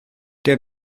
der